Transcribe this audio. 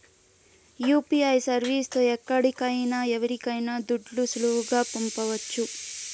UPI service తో ఎక్కడికైనా ఎవరికైనా దుడ్లు సులువుగా పంపొచ్చు